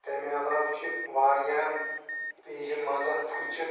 تمہِ علاو چھِ واریاہَن پیجَن منٛز اَتھ پھِچہِ